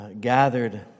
gathered